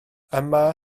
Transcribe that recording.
yma